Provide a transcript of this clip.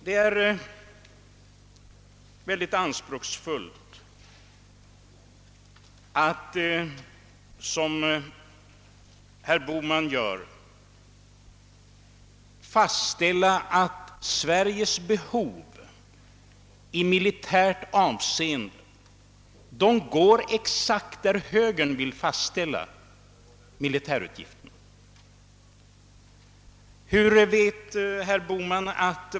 Det är mycket anspråksfullt att, som herr Bohman gör, fastställa att Sveriges behov i militärt avseende motsvarar exakt den kostnadsram för de militära utgifterna som högern vill fastställa.